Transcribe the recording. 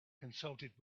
consulted